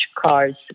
cars